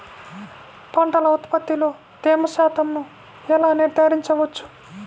పంటల ఉత్పత్తిలో తేమ శాతంను ఎలా నిర్ధారించవచ్చు?